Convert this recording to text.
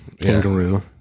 kangaroo